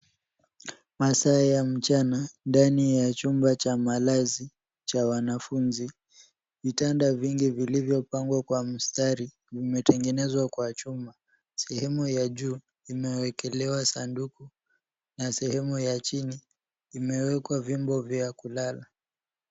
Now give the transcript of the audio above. Masaa ya mchana ndani ya chumba cha malazi cha wanafunzi. Vitanda vingi vilivyo pangwa kwa mstari vimetengenezwa kwa chuma. Sehemu ya juu imewekelewa sanduku na sehemu ya chini imewekwa vyombo vya kulala.